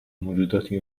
موجوداتی